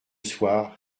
soir